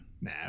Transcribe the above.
Nah